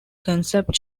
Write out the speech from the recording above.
concept